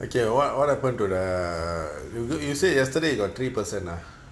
okay what what happen to the you you say yesterday you got three person ah